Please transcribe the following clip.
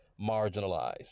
marginalized